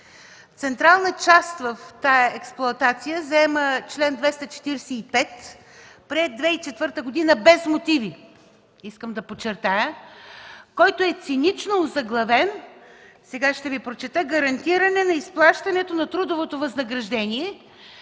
Централна част в тази експлоатация заема чл. 245, приет през 2004 г. без мотиви, искам да подчертая, който е цинично озаглавен „Гарантиране на изплащането на трудовото възнаграждение”